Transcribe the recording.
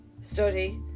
Study